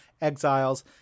Exiles